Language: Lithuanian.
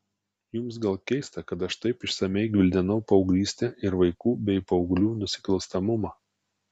jums gal keista kad aš taip išsamiai gvildenau paauglystę ir vaikų bei paauglių nusikalstamumą